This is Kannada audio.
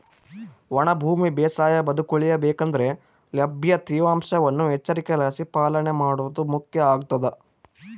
ಒಣ ಭೂಮಿ ಬೇಸಾಯ ಬದುಕುಳಿಯ ಬೇಕಂದ್ರೆ ಲಭ್ಯ ತೇವಾಂಶವನ್ನು ಎಚ್ಚರಿಕೆಲಾಸಿ ಪಾಲನೆ ಮಾಡೋದು ಮುಖ್ಯ ಆಗ್ತದ